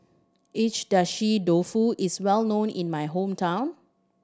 Agedashi Dofu is well known in my hometown